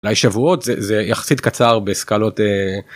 אולי שבועות זה יחסית קצר בסקלות.